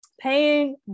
Paying